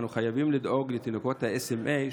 אנו חייבים לדאוג לתינוקות ה-SMA,